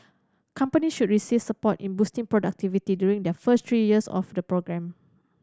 company should receive support in boosting productivity during their first three years of the programme